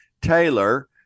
Taylor